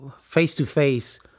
face-to-face